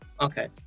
Okay